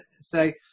say